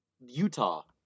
Utah